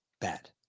bad